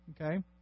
okay